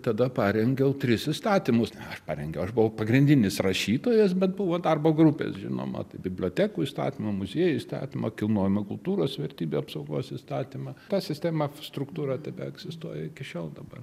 tada parengiau tris įstatymus aš parengiau aš buvau pagrindinis rašytojas bet buvo darbo grupės žinoma tai bibliotekų įstatymą muziejų įstatymą kilnojamų kultūros vertybių apsaugos įstatymą ta sistema struktūra tebeegzistuoja iki šiol dabar